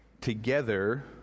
together